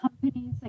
companies